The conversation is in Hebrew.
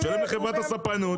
הוא משלם לחברת הספנות,